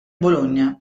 bologna